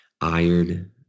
iron